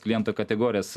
klientų kategorijas